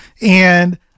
and-